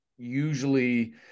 usually